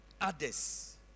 others